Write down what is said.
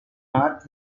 earth